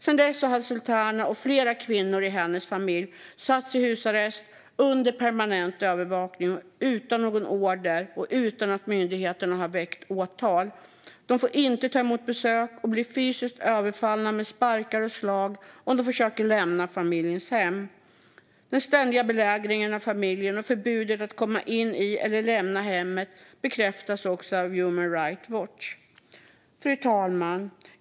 Sedan dess har Sultana Khaya och flera kvinnor i hennes familj satts i husarrest under permanent övervakning, utan någon order och utan att myndigheterna har väckt åtal. De får inte ta emot besök och blir fysiskt överfallna med sparkar och slag om de försöker lämna familjens hem. Den ständiga belägringen av familjen och förbudet att komma in i eller lämna hemmet bekräftas av Human Rights Watch. Fru talman!